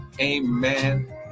Amen